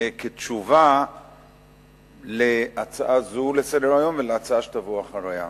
כתשובה להצעה זו לסדר-היום ולהצעה שתבוא אחריה.